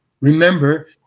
remember